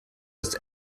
das